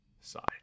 side